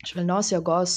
švelnios jėgos